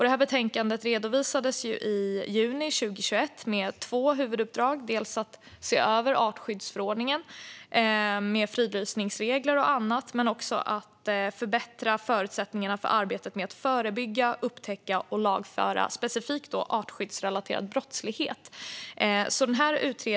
Detta betänkande redovisades i juni 2021 med två huvuduppdrag, dels att se över artskyddsförordningen med fridlysningsregler och annat, dels att förbättra förutsättningarna för arbetet med att förebygga, upptäcka och lagföra specifikt artskyddsrelaterad brottslighet.